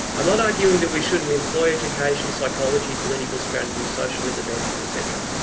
i'm not arguing that we shouldn't employ education, psychology, political strategy, social interventions etc.